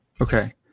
Okay